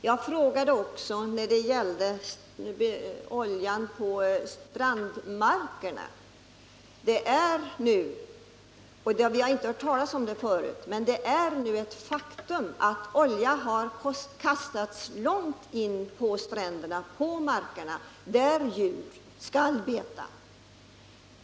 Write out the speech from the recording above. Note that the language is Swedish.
Jag ställde också en fråga om oljan på strandmarkerna. Vi har inte hört talas om det förut, men det är nu ett faktum att olja har kastats långt .in på stränderna, på markerna där djuren skall beta.